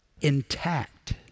intact